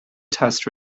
test